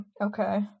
Okay